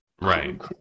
Right